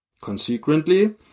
Consequently